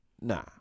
Nah